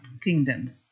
kingdom